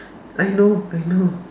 I know I know